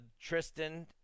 Tristan